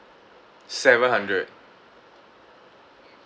seven hundred